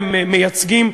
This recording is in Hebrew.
שהם מייצגים,